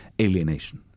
alienation